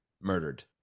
murdered